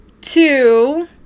two